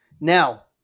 Now